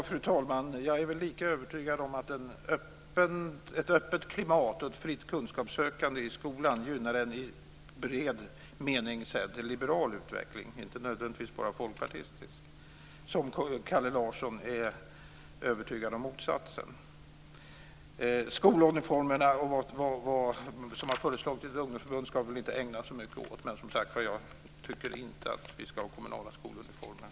Fru talman! Jag är väl lika övertygad om att ett öppet klimat och ett fritt kunskapssökande i skolan gynnar en i bred mening liberal utveckling - inte nödvändigtvis bara folkpartistisk - som Kalle Larsson är övertygad om motsatsen. Vi ska väl inte ägna så mycket tid åt skoluniformerna och vad som har föreslagits i ett ungdomsförbund. Men jag tycker som sagt inte att vi ska ha kommunala skoluniformer.